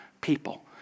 people